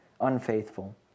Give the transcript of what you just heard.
unfaithful